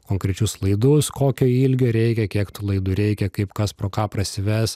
konkrečius laidus kokio ilgio reikia kiek tų laidų reikia kaip kas pro ką prasives